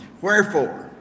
Wherefore